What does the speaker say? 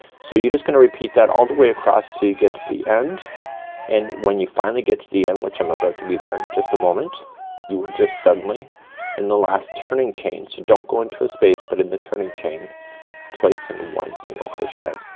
so you're just gonna repeat that all the way across until you get to the end and when you finally get to the end, which i'm about to be there in just a moment you will just suddenly in the last turning chain, so don't go into a space but in the turning chain place in one single crochet.